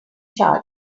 charge